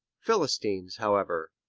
philistines, however,